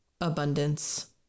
abundance